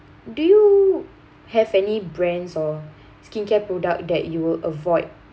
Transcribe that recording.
do you have any brands or skincare product that you will avoid